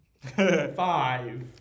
Five